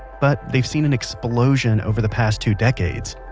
but they've seen an explosion over the past two decades.